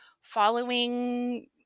following